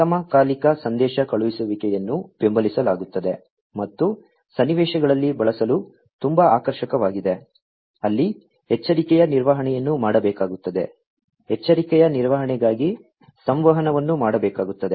ಅಸಮಕಾಲಿಕ ಸಂದೇಶ ಕಳುಹಿಸುವಿಕೆಯನ್ನು ಬೆಂಬಲಿಸಲಾಗುತ್ತದೆ ಮತ್ತು ಸನ್ನಿವೇಶಗಳಲ್ಲಿ ಬಳಸಲು ತುಂಬಾ ಆಕರ್ಷಕವಾಗಿದೆ ಅಲ್ಲಿ ಎಚ್ಚರಿಕೆಯ ನಿರ್ವಹಣೆಯನ್ನು ಮಾಡಬೇಕಾಗುತ್ತದೆ ಎಚ್ಚರಿಕೆಯ ನಿರ್ವಹಣೆಗಾಗಿ ಸಂವಹನವನ್ನು ಮಾಡಬೇಕಾಗುತ್ತದೆ